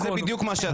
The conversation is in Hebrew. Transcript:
וזה בדיוק מה שעשיתי.